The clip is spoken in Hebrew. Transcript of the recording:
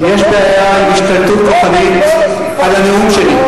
יש בעיה עם השתלטות כוחנית על הנאום שלי.